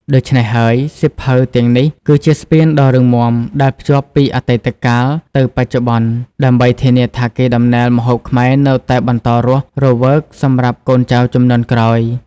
ដូច្នេះហើយ សៀវភៅទាំងនេះគឺជាស្ពានដ៏រឹងមាំដែលភ្ជាប់ពីអតីតកាលទៅបច្ចុប្បន្ន ដើម្បីធានាថាកេរដំណែលម្ហូបខ្មែរនៅតែបន្តរស់រវើកសម្រាប់កូនចៅជំនាន់ក្រោយ។